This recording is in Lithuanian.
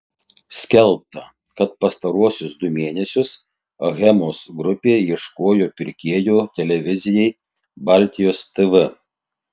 skelbta kad pastaruosius du mėnesius achemos grupė ieškojo pirkėjo televizijai baltijos tv